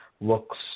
looks